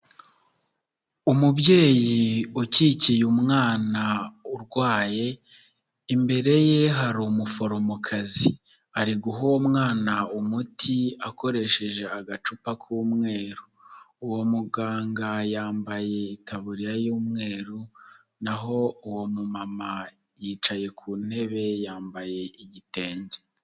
Umubyeyi ukikiye umwana urwaye, imbere ye hari umuforomokazi, ari guha uwo mwana umuti akoresheje agacupa k'umweru, uwo muganga yambaye itaburiya y'umweru naho uwo mumama yicaye ku ntebe yambaye igitenge.